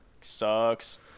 Sucks